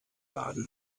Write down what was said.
baden